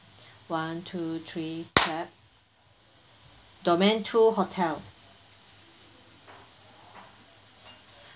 one two three clap domain two hotel